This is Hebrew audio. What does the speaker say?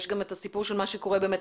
יש גם את הסיפור של מה שקורה באמת,